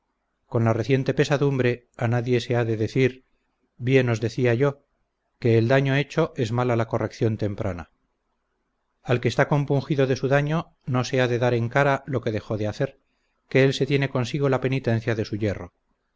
con la reciente pesadumbre a nadie se ha de decir bien os decía yo que en el daño hecho es mala la corrección temprana al que está compungido de su daño no se ha de dar en cara lo que dejó de hacer que él se tiene consigo la penitencia de su yerro